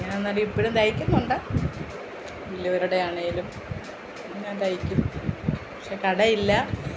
ഞാനെന്നാലും ഇപ്പോഴും തയ്ക്കുന്നുണ്ട് വല്ലിയവരുടെയാണെങ്കിലും ഞാൻ തയ്ക്കും പക്ഷേ കടയില്ല